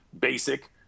basic